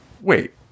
Wait